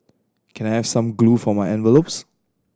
can I have some glue for my envelopes